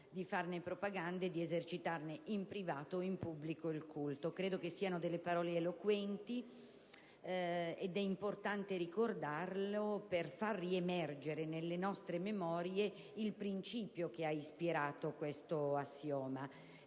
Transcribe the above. di farne propaganda e di esercitarne in privato o in pubblico il culto(...)». Credo siano queste parole eloquenti che è importante ricordare per fa riemergere nelle nostre memorie il principio che ha ispirato detto assioma.